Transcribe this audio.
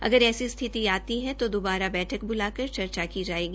अगर ऐसी स्थिति आती है तो दोबारा बैठक बुलाकर चर्चा की जायेगी